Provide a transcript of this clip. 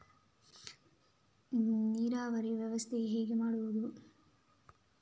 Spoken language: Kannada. ನೀರಾವರಿ ವ್ಯವಸ್ಥೆ ಹೇಗೆ ಮಾಡುವುದು?